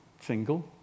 Single